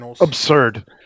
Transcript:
absurd